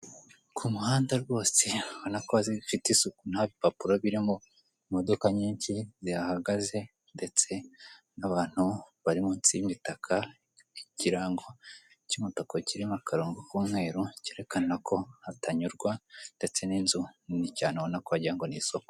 Ku muhanda rwose urabona ko zifite isuku nta bipapuro birimo imodoka nyinshi zihagaze ndetse n'abantu bari munsi y'ibitaka, ikirango cy'umutuku kiririmo akarongo k'umweru cyerekana ko hatanyurwa, ndetse n'inzu nini cyane ubona ko wagira ngon'isoko.